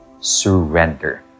Surrender